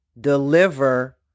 deliver